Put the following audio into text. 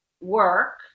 work